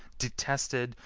detested,